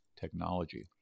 technology